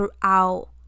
throughout